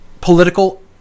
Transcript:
political